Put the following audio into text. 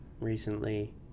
recently